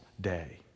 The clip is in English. day